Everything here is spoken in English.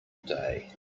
day